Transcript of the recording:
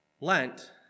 Lent